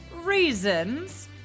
reasons